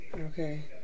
Okay